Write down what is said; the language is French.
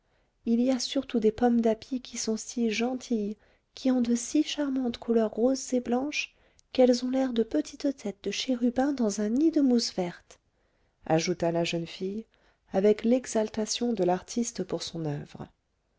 il y a surtout des pommes d'api qui sont si gentilles qui ont de si charmantes couleurs roses et blanches qu'elles ont l'air de petites têtes de chérubins dans un nid de mousse verte ajouta la jeune fille avec l'exaltation de l'artiste pour son oeuvre